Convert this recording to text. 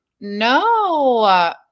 No